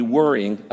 worrying